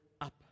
up